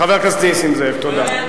חבר הכנסת נסים זאב, תודה.